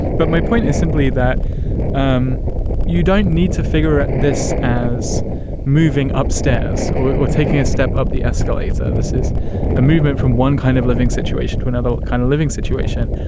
but my point is simply that um you don't need to figure this as moving upstairs or taking a step up the escalator. this is a movement from one kind of living situation to another kind of living situation.